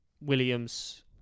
Williams